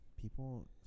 People